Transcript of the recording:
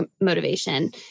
motivation